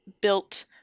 built